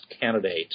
candidate